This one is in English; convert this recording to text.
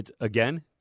again